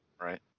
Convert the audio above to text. Right